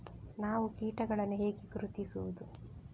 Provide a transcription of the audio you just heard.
ನಾವು ಕೀಟಗಳನ್ನು ಹೇಗೆ ಗುರುತಿಸುವುದು?